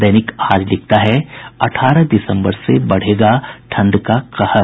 दैनिक आज लिखता है अठारह दिसम्बर से बढ़ेगा ठंड का कहर